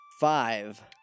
Five